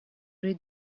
read